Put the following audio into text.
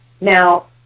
Now